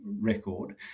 record